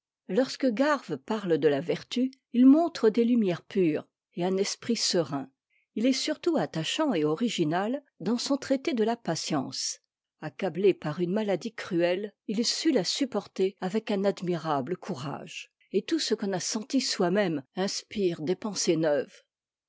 lorsque garve parle de la vertu il montre des lumières pures et un esprit serein il est surtout attachant et original dans son traité de la patience accablé par une maladie cruelle il sut la supporter avec un admirable courage et tout ce qu'on a senti soi-même inspire des pensées neuves